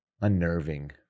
unnerving